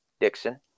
Dixon